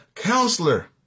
Counselor